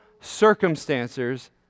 circumstances